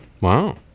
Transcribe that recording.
Wow